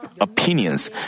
opinions